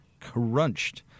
crunched